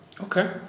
Okay